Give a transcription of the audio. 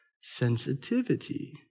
sensitivity